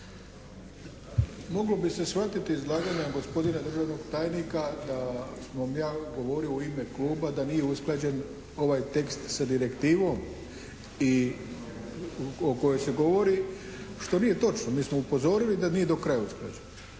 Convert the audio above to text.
Moglo bi se shvatiti iz izlaganja gospodina državnog tajnika da smo, ja govorio u ime kluba da nije usklađen ovaj tekst sa direktivom i o kojoj se govori, što nije točno. Mi smo upozorili da nije do kraja usklađen,